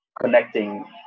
connecting